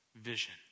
vision